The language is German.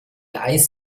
eis